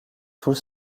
tout